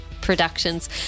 Productions